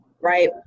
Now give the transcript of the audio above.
right